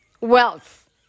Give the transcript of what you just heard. wealth